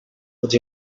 would